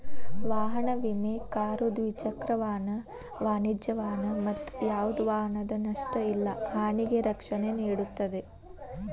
ವಾಹನ ವಿಮೆ ಕಾರು ದ್ವಿಚಕ್ರ ವಾಹನ ವಾಣಿಜ್ಯ ವಾಹನ ಮತ್ತ ಯಾವ್ದ ವಾಹನದ ನಷ್ಟ ಇಲ್ಲಾ ಹಾನಿಗೆ ರಕ್ಷಣೆ ನೇಡುತ್ತದೆ